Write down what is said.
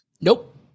Nope